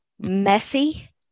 messy